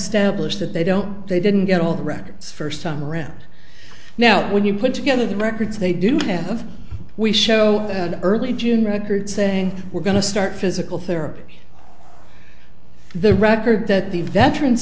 established that they don't they didn't get all the records first time around now when you put together the records they do have we show early june record saying we're going to start physical therapy the record that the veteran